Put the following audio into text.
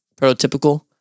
prototypical